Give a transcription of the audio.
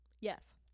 Yes